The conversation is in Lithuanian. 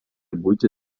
būti